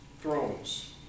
thrones